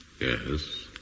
Yes